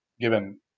given